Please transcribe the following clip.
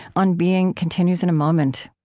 on being continues in a moment